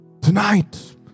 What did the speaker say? Tonight